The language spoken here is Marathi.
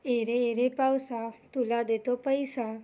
येरे येरे पावसा तुला देतो पैसा